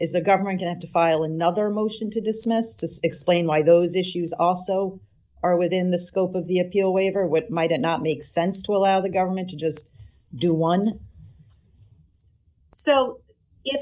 is the government to have to file another motion to dismiss to explain why those issues also are within the scope of the appeal waiver with might it not make sense to allow the government to just do one so